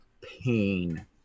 pain